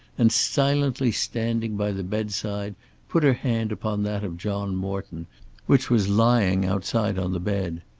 and silently standing by the bedside put her hand upon that of john morton which was laying outside on the bed.